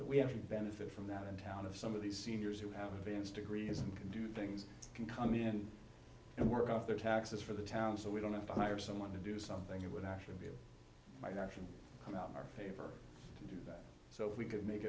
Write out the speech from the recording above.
a benefit from that in town of some of these seniors who have advanced degrees and can do things can come in and work off their taxes for the town so we don't have to hire someone to do something that would actually be might actually come out in our favor so we could make